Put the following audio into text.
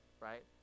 right